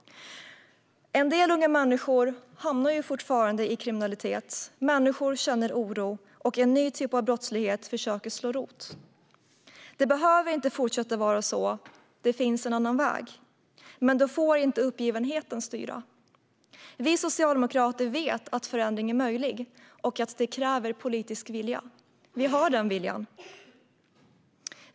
En del unga människor hamnar fortfarande i kriminalitet. Människor känner oro, och en ny typ av brottslighet försöker slå rot. Det behöver inte fortsätta vara så - det finns en annan väg. Men då får inte uppgivenheten styra. Vi socialdemokrater vet att förändring är möjlig och att det kräver politisk vilja. Vi har den viljan.